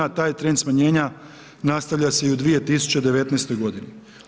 Taj trend smanjenja nastavlja se i u 2019. godini.